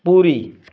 Puri